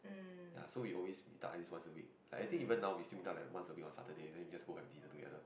ya so we always meet up at least once a week like I think even now we still meet up like once a week on Saturday then we just go have dinner together